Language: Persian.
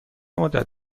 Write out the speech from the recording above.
مدت